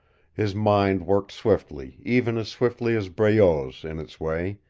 his mind worked swiftly, even as swiftly as breault's in its way,